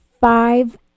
five